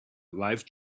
life